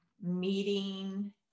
meeting